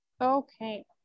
Okay